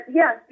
yes